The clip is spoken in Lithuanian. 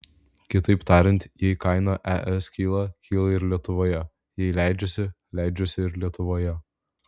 kitaip tariant jei kaina es kyla kyla ir lietuvoje jei leidžiasi leidžiasi ir lietuvoje